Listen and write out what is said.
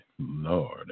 Lord